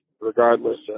regardless